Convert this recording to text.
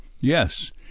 Yes